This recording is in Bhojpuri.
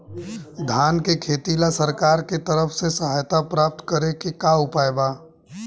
धान के खेती ला सरकार के तरफ से सहायता प्राप्त करें के का उपाय बा?